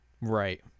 Right